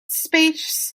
space